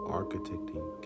architecting